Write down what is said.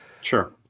Sure